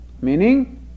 meaning